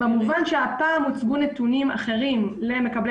במובן שהפעם הוצגו נתונים אחרים למקבלי